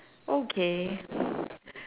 okay